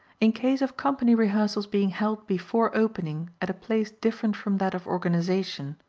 in case of company rehearsals being held before opening at a place different from that of organization,